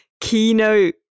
keynote